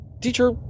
Teacher